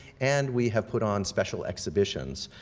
and we have put on special exhibitions,